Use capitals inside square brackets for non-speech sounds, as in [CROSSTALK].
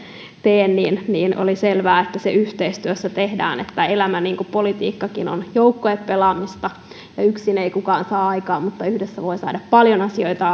teen oli selvää että se yhteistyössä tehdään elämä niin kuin politiikkakin on joukkuepelaamista ja yksin ei kukaan saa aikaan mutta yhdessä voi saada paljon asioita [UNINTELLIGIBLE]